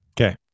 Okay